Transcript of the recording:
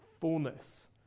fullness